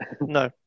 No